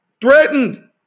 Threatened